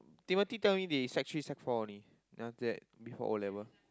Timothy tell me they sec three sec four only then after that before O-level